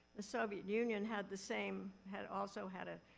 the soviet union had the same, had also had ah